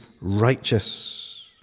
righteous